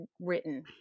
written